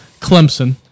Clemson